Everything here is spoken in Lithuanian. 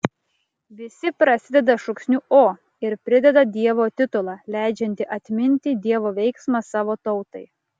visi prasideda šūksniu o ir prideda dievo titulą leidžiantį atminti dievo veiksmą savo tautai